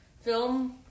Film